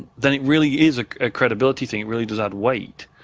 then it really is a credibility thing, it really does add weight.